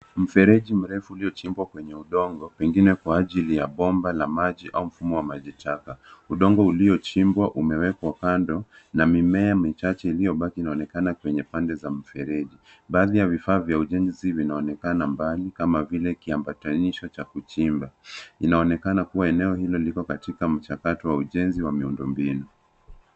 Mfereji marefu uliochimbwa Kwenye udongo pengine Kwa ajili ya bomba la maji au mfumo wa maji taka. Udongo uliochimbwa umewekwa kando na mimea michache iliyobaki inaonekana kwenye pande za mfereji. Baadhi ya vifaa vya ujenzi vinaonekana kwa mbali kama vile kiambatanisho cha kuchimba. Inaonekana hilo liko katika mchakato wa miundombinu.